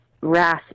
rasp